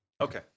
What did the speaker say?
Okay